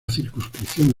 circunscripción